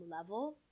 level